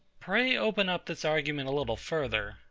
pray open up this argument a little further,